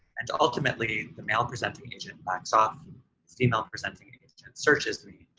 and ultimately, the male-presenting agent backs off, um the female-presenting agent searches me,